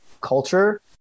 culture